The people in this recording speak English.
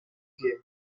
came